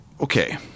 okay